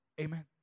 Amen